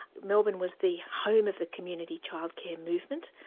melbourne was the home of the community childcare movement.